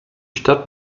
stadt